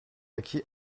acquis